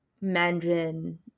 Mandarin